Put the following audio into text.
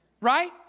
Right